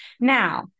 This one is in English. Now